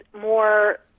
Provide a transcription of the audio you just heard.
more